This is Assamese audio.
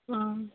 অঁ